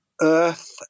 earth